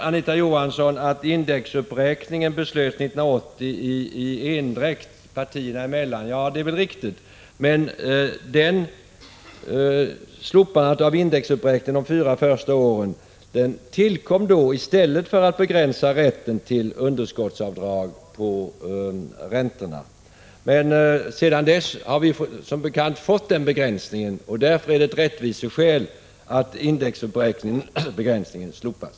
Anita Johansson säger att indexuppräkningen beslöts 1980 i endräkt partierna emellan. Ja, det är riktigt, men slopandet av indexuppräkningen de fyra första åren tillkom i stället för att begränsa rätten till underskottsavdrag på räntorna. Sedan dess har vi som bekant fått den begränsningsrätten, och därför är det ett rättvisekrav att indexuppräkningen slopas.